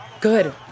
Good